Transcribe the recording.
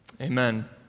Amen